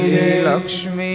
Lakshmi